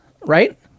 right